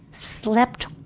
slept